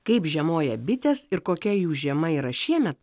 kaip žiemoja bitės ir kokia jų žiema yra šieme